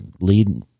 lead